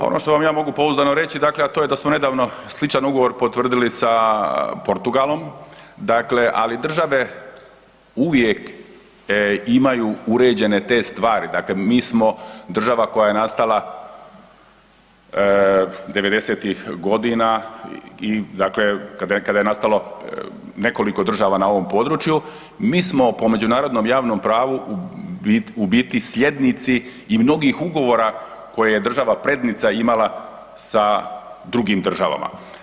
Pa ono što vam ja mogu pouzdano reći, dakle, a to je da smo nedavno sličan ugovor potvrdili sa Portugalom, dakle, ali države uvijek imaju uređene te stvari, dakle mi smo država koja je nastala 90-ih godina i dakle kada je nastalo nekoliko država na ovom području, mi smo po međunarodnom javnom pravu u biti slijednici i mnogih ugovora koje je država prednica imala sa drugim državama.